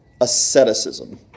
asceticism